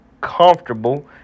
comfortable